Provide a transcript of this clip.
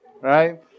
right